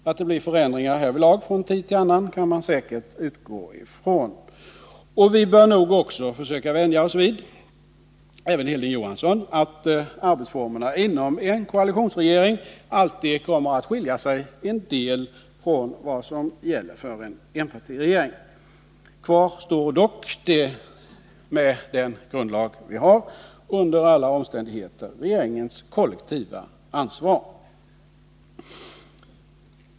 Att det blir förändringar härvidlag från tid till annan kan man säkert utgå ifrån. Vi bör nog också försöka vänja oss — även Hilding Johansson — vid att arbetsformerna inom en koalitionsregering alltid kommer att skilja sig en del från vad som gäller för en enpartiregering. Kvar står dock, med den grundlagen vi har, under alla omständigheter regeringens kollektiva ansvar.